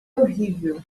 horrível